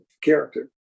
character